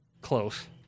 Close